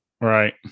Right